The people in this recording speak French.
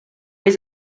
les